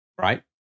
right